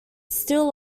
still